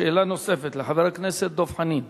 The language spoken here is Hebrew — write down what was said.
שאלה נוספת לחבר הכנסת דב חנין.